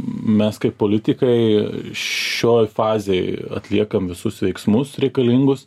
mes kaip politikai šioj fazėj atliekam visus veiksmus reikalingus